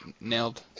nailed